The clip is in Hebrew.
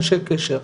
אנשי קשר,